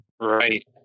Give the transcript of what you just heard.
Right